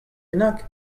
bennak